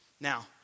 Now